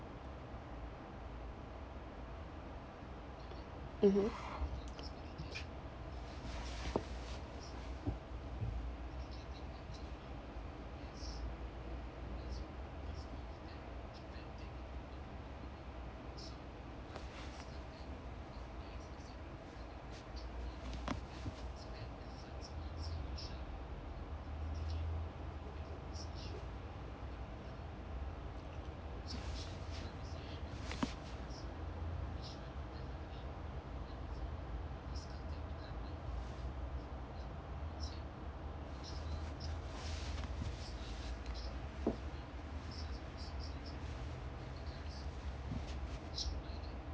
mmhmm